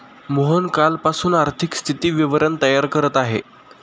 मोहन कालपासून आर्थिक स्थिती विवरण तयार करत आहे